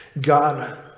God